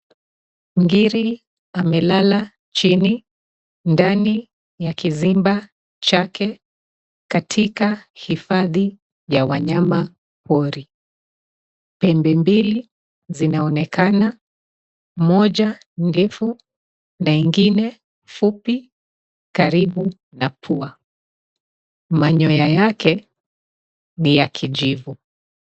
Ngiri amelala chini ndani ya kizimba chake katika hifadhi ya wanyama pori. Pembe mbili zinaonekana, moja ndefu na ingine fupi karibu na pua. Manyoya yake ni ya kijivu.